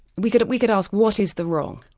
we could we could ask what is the wrong?